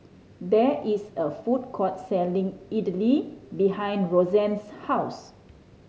there is a food court selling Idili behind Rosanne's house